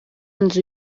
nzu